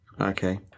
Okay